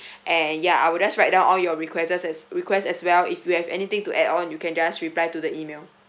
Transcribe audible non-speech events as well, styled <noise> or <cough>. <breath> and yeah I would have write down all your requests as request as well if you have anything to add on you can just reply to the email